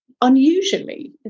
unusually